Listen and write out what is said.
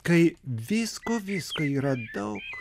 kai visko visko yra daug